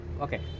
Okay